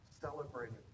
celebrating